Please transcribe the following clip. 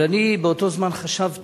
אבל אני באותו זמן חשבתי,